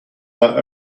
that